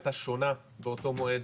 הייתה שונה באותו מועד,